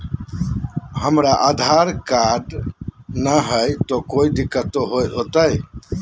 हमरा आधार कार्ड न हय, तो कोइ दिकतो हो तय?